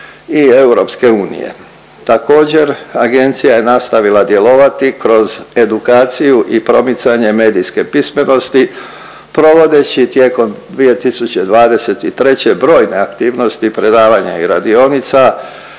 odnosa i EU. Također agencija je nastavila djelovati kroz edukaciju i promicanje medijske pismenosti provodeći tijekom 2023. brojne aktivnosti predavanja i radionica